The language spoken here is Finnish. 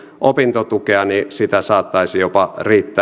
opintotukea sitä saattaisi riittää jopa